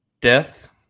Death